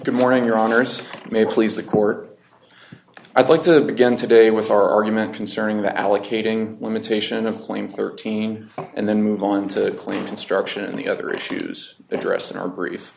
good morning your honour's may please the court i'd like to begin today with our argument concerning that allocating limitation of claim thirteen and then move on to claim construction and the other issues addressed in our brief